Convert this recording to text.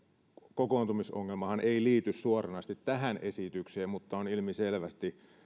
kokoontumisongelmahan ei liity suoranaisesti tähän esitykseen mutta on ilmiselvästi